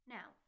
Now